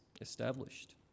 established